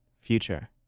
future